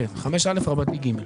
כן, את מכניסה גם